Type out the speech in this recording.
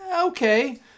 okay